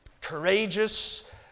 courageous